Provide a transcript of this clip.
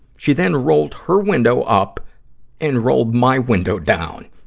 she then rolled her window up and rolled my window down.